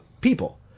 people